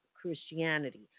Christianity